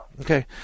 Okay